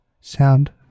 sound